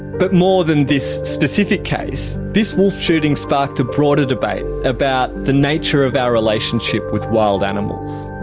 but more than this specific case, this wolf shooting sparked a broader debate about the nature of our relationship with wild animals.